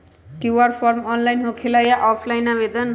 QR form online होकेला कि offline आवेदन?